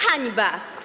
Hańba.